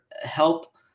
help